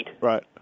Right